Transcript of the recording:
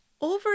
Over